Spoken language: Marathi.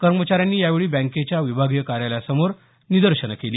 कर्मचाऱ्यांनी यावेळी बँकेच्या विभागीय कार्यालयासमोर निदर्शने केली